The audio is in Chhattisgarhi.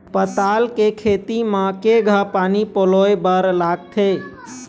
पताल के खेती म केघा पानी पलोए बर लागथे?